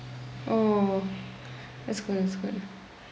oh that's good that's good